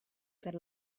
per